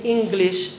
English